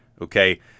Okay